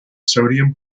sodium